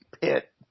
Pit